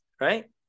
right